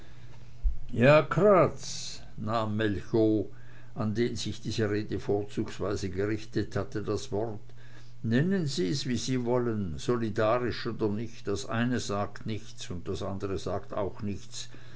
ja kraatz nahm molchow an den sich diese rede vorzugsweise gerichtet hatte das wort nennen sie's wie sie wollen solidarisch oder nicht das eine sagt nichts und das andre sagt auch nichts